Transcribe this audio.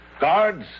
Guards